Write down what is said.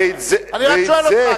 אני רק שואל אותך,